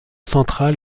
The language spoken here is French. central